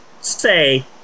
say